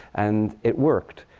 and it worked.